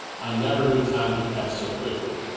i never knew time to pass so quickly.